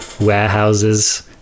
warehouses